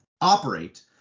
operate